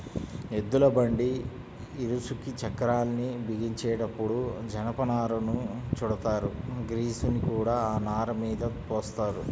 ఎద్దుల బండి ఇరుసుకి చక్రాల్ని బిగించేటప్పుడు జనపనారను చుడతారు, గ్రీజుని కూడా ఆ నారమీద పోత్తారు